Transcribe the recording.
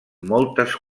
moltes